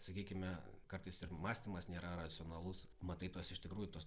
sakykime kartais ir mąstymas nėra racionalus matai tuos iš tikrųjų tuos